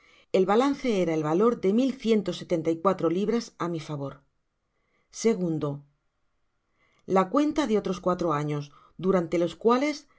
el balance era el valor de mil ciento setenta y cuatro libras á mi favor segun la cuenta de otros cuatro años durante los cuales